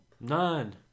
None